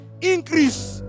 increase